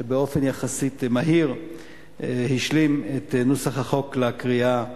שבאופן מהיר יחסית השלים את נוסח החוק לקריאה הראשונה.